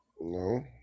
no